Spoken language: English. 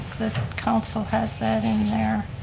the council has that in there.